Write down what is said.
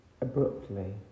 abruptly